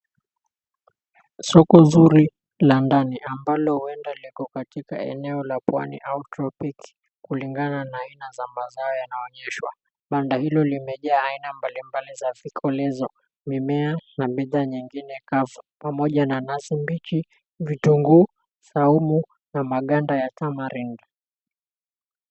Soko nzuri la ndani ambalo huenda liko katika eneo la Pwani au Tropic kulingana na aina za mazao yanayoonyesha, banda hilo limejaa aina mbalimbali za vikolezo, mimea na bidhaa nyingine kavu pamoja na nazi mbichi, vitungu saumu na maganda ya tamarind .